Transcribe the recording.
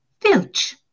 filch